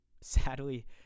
Sadly